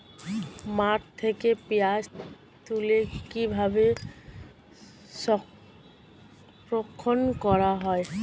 মাঠ থেকে পেঁয়াজ তুলে কিভাবে সংরক্ষণ করা হয়?